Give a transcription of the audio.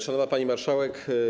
Szanowna Pani Marszałek!